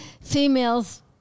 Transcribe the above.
females